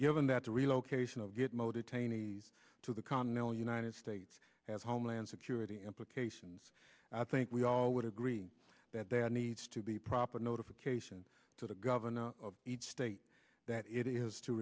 given that the relocation of good motive trainees to the continental united states has homeland security implications i think we all would agree that there needs to be proper notification to the governor of each state that it is to